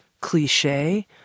cliche